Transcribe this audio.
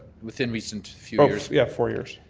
within recent few um years yeah four years.